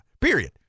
period